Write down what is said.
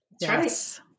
Yes